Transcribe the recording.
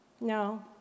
No